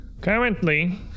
Currently